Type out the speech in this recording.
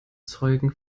zeugen